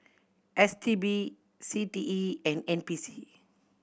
S T B C T E and N P C